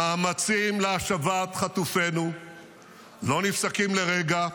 המאמצים להשבת חטופינו לא נפסקים לרגע.